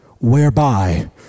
whereby